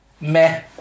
meh